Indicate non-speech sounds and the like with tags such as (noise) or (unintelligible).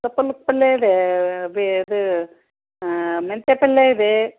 (unintelligible) ಪಲ್ಲೆ ಇದೆ ಬಿ ಇದು ಮೆಂತ್ಯೆ ಪಲ್ಲೆ ಇದೆ